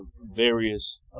various